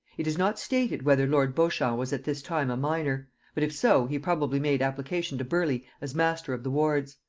it is not stated whether lord beauchamp was at this time a minor but if so, he probably made application to burleigh as master of the wards.